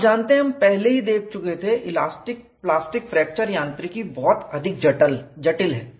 आप जानते हैं हम पहले ही देख चुके थे इलास्टिक प्लास्टिक फ्रैक्चर बहुत अधिक जटिल है